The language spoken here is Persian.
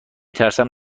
ترسم